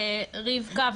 רבקה,